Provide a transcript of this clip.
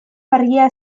argia